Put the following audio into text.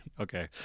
okay